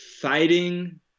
fighting